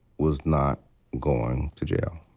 was not going to jail,